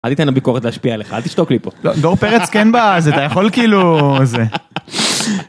אני יתן הביקורת להשפיע עליך תסתוק לי פה. גור פרץ כן בא אז אתה יכול כאילו זה.